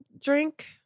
drink